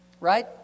right